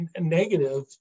negative